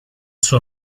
suo